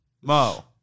Mo